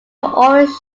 always